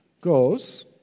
goes